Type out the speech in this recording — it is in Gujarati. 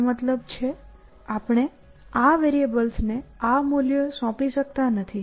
તેનો મતલબ છે આપણે આ વેરીએબલને આ મૂલ્ય સોંપી શકતા નથી